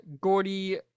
Gordy